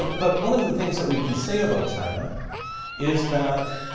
but one of the things that we can say about china is that